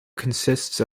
consists